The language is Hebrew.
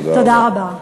תודה רבה.